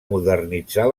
modernitzar